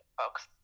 folks